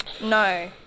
No